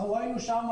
אנחנו ראינו שם,